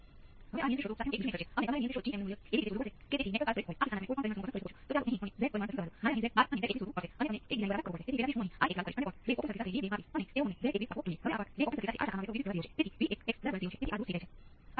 તેથી તમે કેવી રીતે કહો છો કે આ અવયવ શું છે કે જેથી તેને પ્રારંભિક સ્થિતિના આધારે કરવામાં આવે